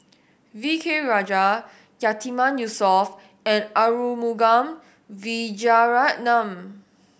V K Rajah Yatiman Yusof and Arumugam Vijiaratnam